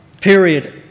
period